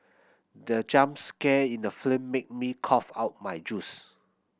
the jump scare in the film made me cough out my juice